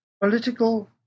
political